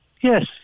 Yes